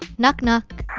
knock, knock.